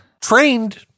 Trained-